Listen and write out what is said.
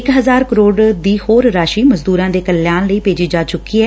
ਇਕ ਹਜ਼ਾਰ ਕਰੋੜ ਦੀ ਹੋਰ ਰਾਸ਼ੀ ਮਜ਼ਦੁਰਾਂ ਦੇ ਕਲਿਆਣ ਲਈ ਭੇਜੀ ਜਾ ਚੁੱਕੀ ਐ